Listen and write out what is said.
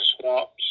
swamps